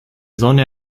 sonne